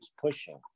pushing